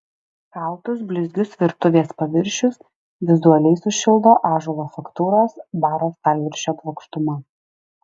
šaltus blizgius virtuvės paviršius vizualiai sušildo ąžuolo faktūros baro stalviršio plokštuma